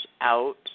out